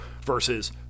versus